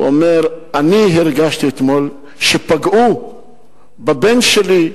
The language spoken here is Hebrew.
הוא אומר: אני הרגשתי אתמול שפגעו בבן שלי,